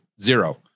zero